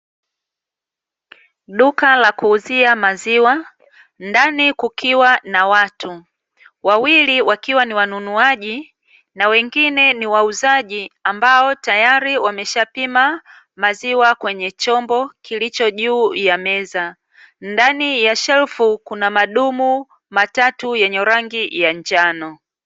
Duka la kuuzia maziwa, ndani kukiwa na watu. Wawili wakiwa ni wanunuaji, na wengine ni wauzaji ambao tayari wameshapima maziwa, kwenye chombo kilicho juu ya meza. Ndani ya shelfu kuna madumu matatu yenye rangi ya njano.